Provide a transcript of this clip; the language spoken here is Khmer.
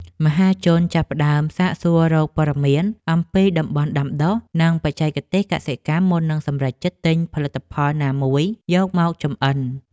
មហាជនចាប់ផ្តើមសាកសួររកព័ត៌មានអំពីតំបន់ដាំដុះ និងបច្ចេកទេសកសិកម្មមុននឹងសម្រេចចិត្តទិញផលិតផលណាមួយយកមកចម្អិន។